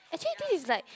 actually this is like